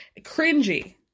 cringy